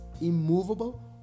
immovable